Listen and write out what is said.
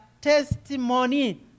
testimony